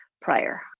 prior